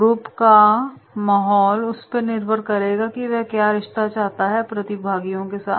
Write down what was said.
group का माहौल उसपे निर्भर करेगा कि क्या रिश्ता है प्रतिभागियों के साथ